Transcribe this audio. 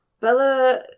Bella